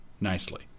nicely